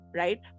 right